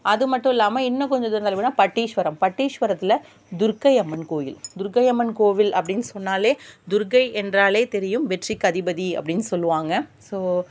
அதுமட்டும் இல்லாம இன்னும் கொஞ்ச தூரம் தள்ளிப்போனா பட்டிஸ்வரம் பட்டிஸ்வரத்தில் துர்க்கை அம்மன் கோயில் துர்க்கை அம்மன் கோவில் அப்படின் சொன்னாலே துர்க்கை என்றாலே தெரியும் வெற்றிக்கு அதிபதி அப்படின் சொல்லுவாங்க ஸோ